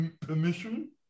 permission